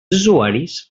usuaris